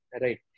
Right